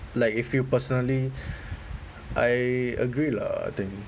like if you personally I agree lah I think